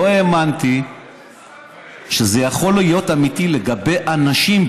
לא האמנתי שזה יכול להיות אמיתי לגבי אנשים,